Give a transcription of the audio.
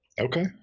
okay